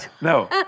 No